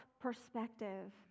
Perspective